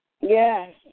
Yes